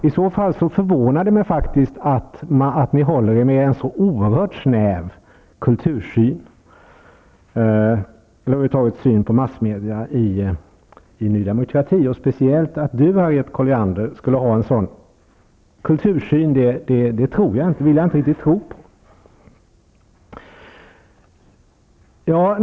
I så fall förvånar det mig att ni i Ny Demokrati håller er med en så oerhört snäv kultursyn och syn på massmedia över huvud taget, och speciellt att Harriet Colliander, skulle ha en sådan kultursyn -- det vill jag inte riktigt tro på.